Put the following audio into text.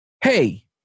Hey